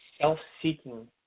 self-seeking